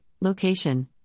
location